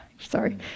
sorry